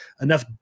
enough